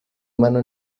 mano